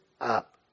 up